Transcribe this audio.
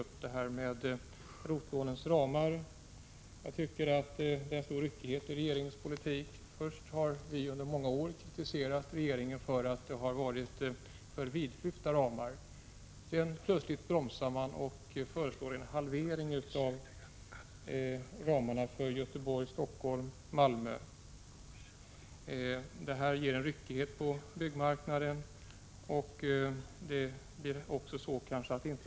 Jag tycker att regeringens politik karakteriserats av stor ryckighet. Först har vi i folkpartiet under många år kritiserat regeringen för att ha haft för vidlyftiga ramar. Därefter har regeringen plötsligt bromsat och föreslagit en halvering av ramarna för Göteborg, Stockholm och Malmö. Detta skapar en ryckighet på byggnadsmarknaden.